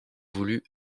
voulu